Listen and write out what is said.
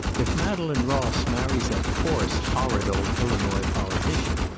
if madeleine ross marries that coarse, horrid old illinois politician,